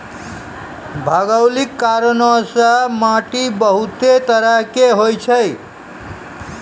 भौगोलिक कारणो से माट्टी बहुते तरहो के होय छै